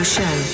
Show